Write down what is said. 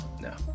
No